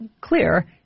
clear